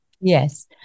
Yes